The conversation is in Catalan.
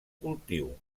cultiu